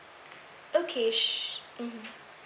okay su~ mmhmm